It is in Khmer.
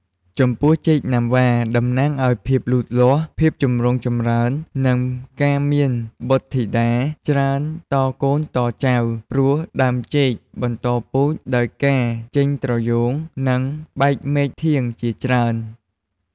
ចំពោះចេកណាំវ៉ា តំណាងឲ្យ ភាពលូតលាស់ ភាពចម្រុងចម្រើន និងការមានបុត្រធីតាច្រើនតកូនតចៅ ព្រោះដើមចេកបន្តពូជដោយការចេញត្រយូង និងបែកមែកធាងជាច្រើន។